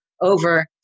over